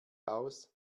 aus